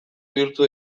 bihurtu